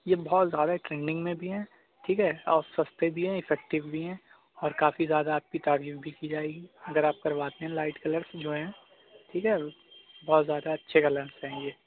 یہ بہت زیادہ ٹرینڈنگ میں بھی ہیں ٹھیک ہے اور سستے بھی ہیں افیکٹیو بھی ہیں اور کافی زیادہ آپ کی تعریف بھی کی جائے گی اگر آپ کرواتے ہیں لائٹ کلرس جو ہیں ٹھیک ہے بہت زیادہ اچھے کلرز ہیں یہ